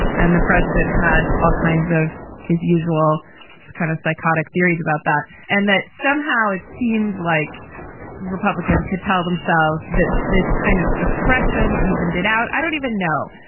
and the president had all kinds of his usual kind of psychotic theories about that. and that somehow it seemed like republicans could tell themselves that this kind of suppression even did out. i don't even know.